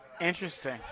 Interesting